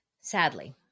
sadly